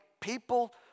people